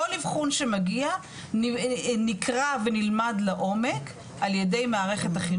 כל אבחון שמגיע נקרא ונלמד לעומק על ידי מערכת החינוך.